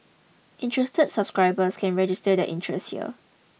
interested subscribers can register their interest here